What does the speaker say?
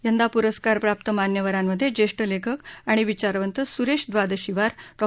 यंदा प्रस्कारप्राप्त मान्यवरांमध्ये ज्येष्ठ लेखक आणि विचारवंत सुरेश दवादशीवार डॉ